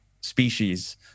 species